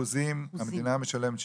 באחוזים המדינה משלמת